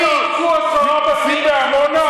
אתה יודע שהרסו עשרה בתים בעמונה,